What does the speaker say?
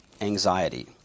anxiety